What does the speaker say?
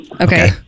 Okay